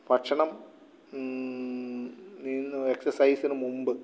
ഭക്ഷണം എക്സസൈസിന് മുൻപ്